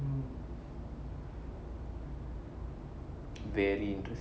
very interesting